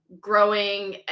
growing